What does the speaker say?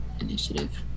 initiative